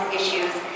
issues